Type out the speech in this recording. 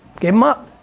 gave em up.